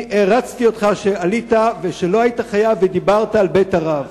אני הערצתי אותך שעלית ולא היית חייב ודיברת על בית רב.